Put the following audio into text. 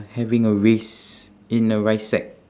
having a race in a rice sack